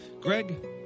Greg